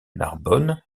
narbonne